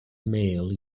male